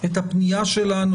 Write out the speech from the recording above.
הפנייה שלנו.